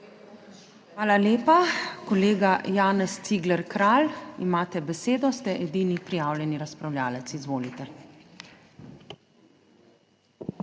Hvala lepa. Kolega Janez Cigler Kralj, imate besedo, ste edini prijavljeni razpravljavec. Izvolite.